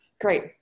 Great